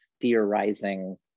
theorizing